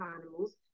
animals